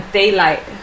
daylight